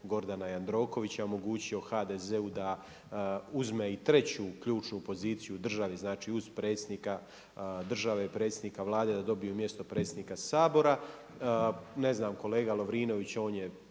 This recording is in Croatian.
Gordana Jandrokovića i omogućio HDZ-u da uzme i treću ključnu poziciju u državi. Znači uz predsjednika države, predsjednika Vlade, da dobiju i mjesto predsjednika Sabora. Ne znam kolega Lovrinović on je